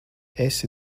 esi